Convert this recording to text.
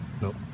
Nope